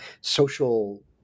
social